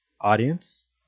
audience